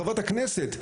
חברת הכנסת,